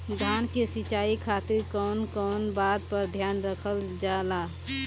धान के सिंचाई खातिर कवन कवन बात पर ध्यान रखल जा ला?